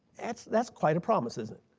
that's that's quite a promise, isn't